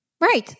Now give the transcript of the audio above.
Right